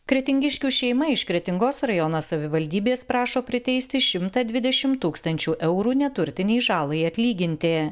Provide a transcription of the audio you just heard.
kretingiškių šeima iš kretingos rajono savivaldybės prašo priteisti šimtą dvidešim tūkstančių eurų neturtinei žalai atlyginti